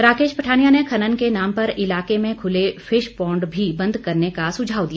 राकेश पठानिया ने खनन के नाम पर इलाके में खुले फिश पौंड भी बंद करने का सुझाव दिया